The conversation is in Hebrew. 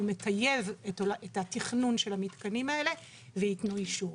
הוא מטייב את התכנון של המתקנים האלה וייתנו אישור.